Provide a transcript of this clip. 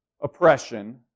oppression